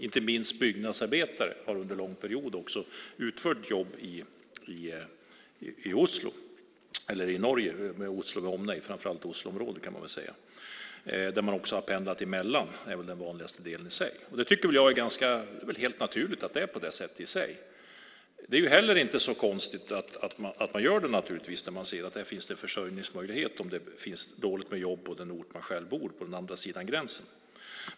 Inte minst byggnadsarbetare har under en lång period också utfört jobb i Norge. Det handlar om Oslo med omnejd, framför allt Oslo-området, kan man väl säga. Man har pendlat mellan länderna. Det är väl det vanligaste. Det är väl helt naturligt att det är på det sättet. Det är inte heller så konstigt att man gör det när man ser att det där finns en försörjningsmöjlighet, om det finns dåligt med jobb på den ort där man själv bor, på den andra sidan gränsen.